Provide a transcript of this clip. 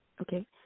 Okay